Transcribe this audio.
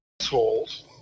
assholes